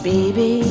Baby